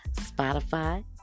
Spotify